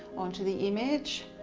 onto the image.